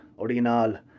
orinal